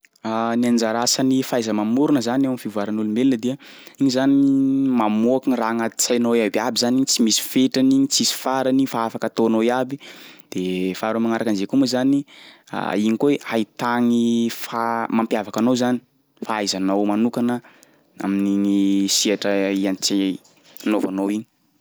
Ny anjara asan'ny fahaiza-mamorona zany eo am'fivoaran'ny olombelona dia igny zany mamoaky gny raha agnaty sainao iabiaby zany igny tsy misy fetrany igny, tsisy farany fa afaka ataonao iaby de faharoa magnaraka an'izay koa moa zany igny koa e hahita gny fa- mampiavaka anao zany, fahaizanao manokana amin'igny sehatra iantse- anaovanao igny.